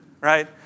right